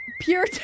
pure